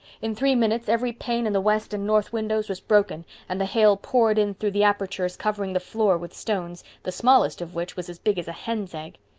in three minutes every pane in the west and north windows was broken and the hail poured in through the apertures covering the floor with stones, the smallest of which was as big as a hen's egg.